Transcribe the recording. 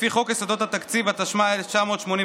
לפי חוק יסודות התקציב, התשמ"ה 1985,